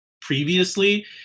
previously